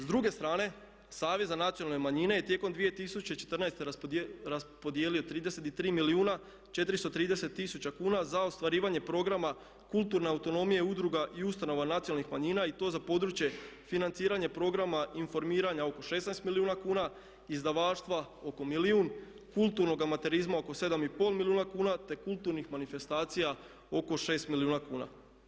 S druge strane Savjet za nacionalne manjine je tijekom 2014. raspodijelio 33 milijuna 430 tisuća kuna za ostvarivanje programa kulturne autonomije udruga i ustanova nacionalnih manjina i to za područje financiranja programa informiranja oko 16 milijuna kuna, izdavaštva oko milijun, kulturnog amaterizma oko 7,5 milijuna kuna te kulturnih manifestacija oko 6 milijuna kuna.